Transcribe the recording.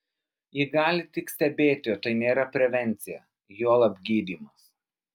ji gali tik stebėti o tai nėra prevencija juolab gydymas